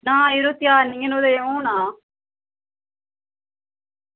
ना यरो त्यार निं हैन होये दे होना